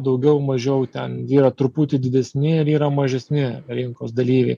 daugiau mažiau ten yra truputį didesni ir yra mažesni rinkos dalyviai